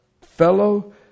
fellow